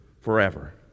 forever